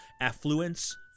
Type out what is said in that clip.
affluence